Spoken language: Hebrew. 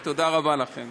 תודה רבה לכם.